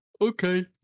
okay